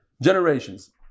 Generations